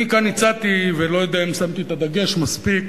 אני כאן הצעתי ואני לא יודע אם שמתי את הדגש מספיק